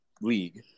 league